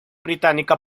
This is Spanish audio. británica